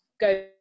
go